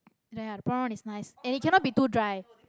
ya the prawn one is nice and it cannot be too dry